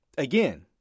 Again